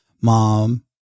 mom